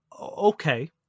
okay